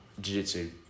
Jiu-Jitsu